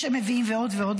ועוד ועוד.